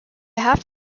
have